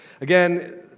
Again